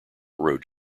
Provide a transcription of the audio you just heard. road